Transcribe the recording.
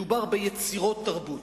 מדובר ביצירות תרבות,